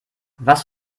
was